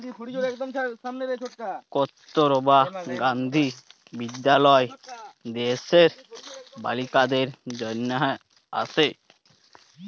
কস্তুরবা গান্ধী বিদ্যালয় দ্যাশের বালিকাদের জনহে আসে